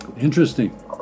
Interesting